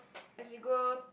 as we go